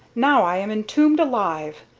now i am entombed alive,